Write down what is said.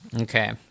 Okay